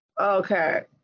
Okay